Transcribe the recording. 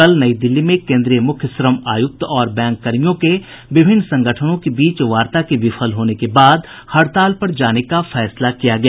कल नई दिल्ली में केन्द्रीय मुख्य श्रम आयुक्त और बैंककर्मियों के विभिन्न संगठनों के बीच वार्ता के विफल होने के बाद हड़ताल पर जाने का फैसला किया गया